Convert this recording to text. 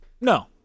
No